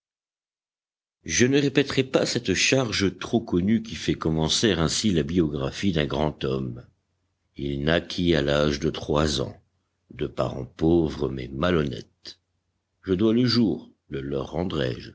je ne répéterai pas cette charge trop connue qui fait commencer ainsi la biographie d'un grand homme il naquit à l'âge de trois ans de parents pauvres mais malhonnêtes je dois le jour le leur